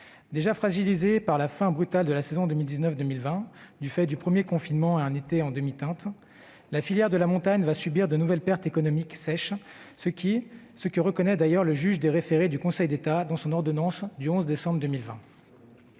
Déjà fragilisée par la fin brutale de la saison 2019-2020, du fait du premier confinement et d'un été en demi-teinte, la filière de la montagne va subir de nouvelles pertes économiques sèches, ce que reconnaît d'ailleurs le juge des référés du Conseil d'État dans son ordonnance du 11 décembre 2020.